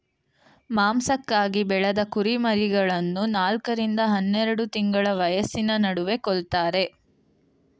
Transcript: ಮಾಂಸಕ್ಕಾಗಿ ಬೆಳೆದ ಕುರಿಮರಿಗಳನ್ನು ನಾಲ್ಕ ರಿಂದ ಹನ್ನೆರೆಡು ತಿಂಗಳ ವಯಸ್ಸಿನ ನಡುವೆ ಕೊಲ್ತಾರೆ